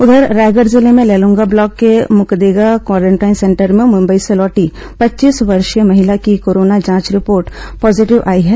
उघर रायगढ़ जिले में लैलूंगा ब्लॉक के मुकदेगा क्वारेंटाइन सेंटर में मुंबई से लौटी पच्चीस वर्षीय महिला की कोरोना जांच रिपोर्ट पॉजीटिव आई है